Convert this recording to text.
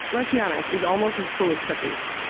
let's be honest, is almost as cool as cookies.